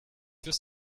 wirst